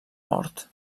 mort